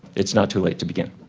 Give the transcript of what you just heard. it's not too late to begin.